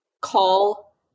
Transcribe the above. call